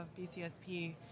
BCSP